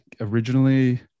originally